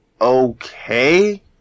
okay